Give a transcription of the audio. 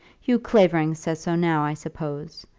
hugh clavering says so now, i suppose.